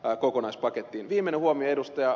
viimeinen huomio ed